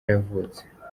yavutse